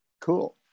cool